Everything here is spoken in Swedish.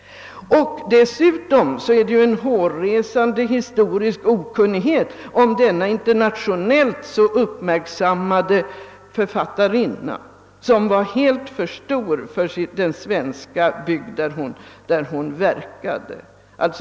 Desssutom visar det en hårresande historisk okunnighet om denna internationellt så uppmärksammade författarinna, som var alldeles för stor för den svenska bygd där hon verkade.